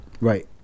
right